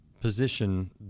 position